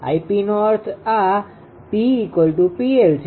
Γ𝑝નો અર્થ આ p𝑃𝐿 છે